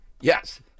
Yes